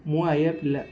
ମୁଁ ପିଲା